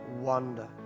wonder